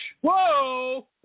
Whoa